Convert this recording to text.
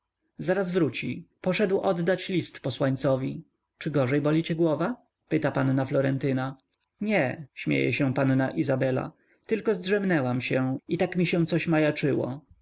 zaraz wróci poszedł oddać list posłańcowi czy gorzej boli cię głowa pyta panna florentyna nie śmieje się panna izabela tylko zdrzemnęłam się i tak mi się coś majaczyło